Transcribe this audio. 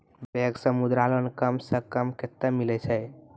Bank से Mudra loan कम सऽ कम कतैय मिलैय छै?